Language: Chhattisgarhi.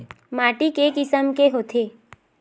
माटी के किसम के होथे?